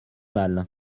mal